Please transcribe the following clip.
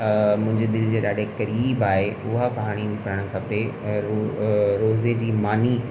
मुंहिंजे दिलि जे ॾाढे क़रीबु आहे उहा कहाणी बि पढ़णु खपे अहिड़ो रोज़े जी मानी